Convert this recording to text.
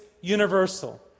universal